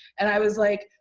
and i was like,